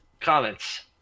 Comments